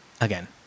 again